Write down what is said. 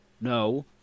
No